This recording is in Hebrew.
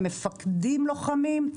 הם מפקדים לוחמים,